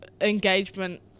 engagement